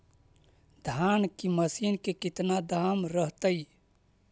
धान की मशीन के कितना दाम रहतय?